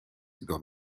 über